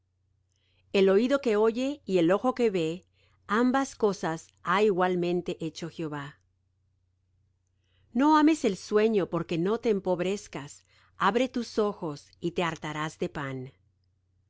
el oído que oye y el ojo que ve ambas cosas ha igualmente hecho jehová no ames el sueño porque no te empobrezcas abre tus ojos y te hartarás de pan